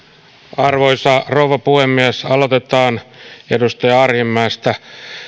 arvoisa rouva puhemies aloitetaan edustaja arhinmäestä